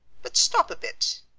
but stop a bit,